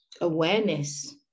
awareness